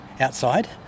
outside